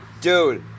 Dude